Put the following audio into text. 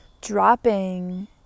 dropping